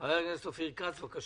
חבר הכנסת אופיר כץ, בבקשה.